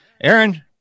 Aaron